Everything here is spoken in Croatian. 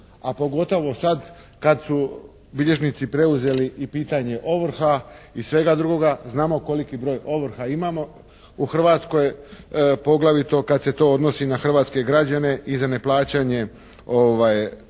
a pogotovo sad kad su bilježnici preuzeli i pitanje ovrha i svega drugoga, znamo koliki broj ovrha imamo u Hrvatskoj, poglavito kad se to odnosi na hrvatske građane i za neplaćanje starih